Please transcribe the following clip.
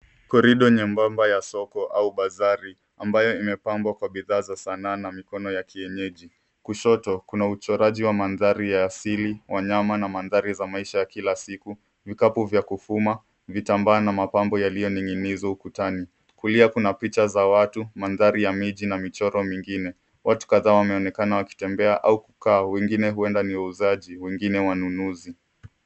Korido nyembamba ya soko au bazaar ambayo imepambwa kwa bidhaa za sanaa na mikono ya kienyeji. Kushoto, kuna uchoraji wa mandhari ya asili, wanyama na mandhari za maisha ya kila siku, vikapu vya kufuma, vitambaa na mapambo ya yaliyoning'inizwa ukutani. Kulia kuna picha za watu, mandhari ya miji na michoro mingine. Watu kadhaa wameonekana wakitembea au kukaa, wengine huenda wauzaji, wengine wanunuzi.